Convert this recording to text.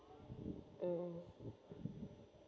um